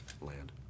land